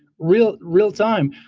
real real time,